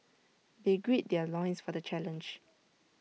they gird their loins for the challenge